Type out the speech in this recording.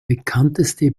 bekannteste